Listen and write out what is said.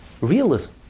realism